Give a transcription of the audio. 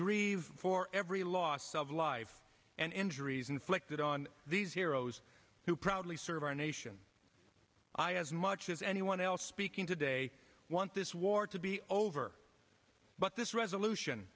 grieve for every loss of life and injuries inflicted on these heroes who proudly serve our nation as much as anyone else speaking today i want this war to be over but this resolution